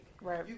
Right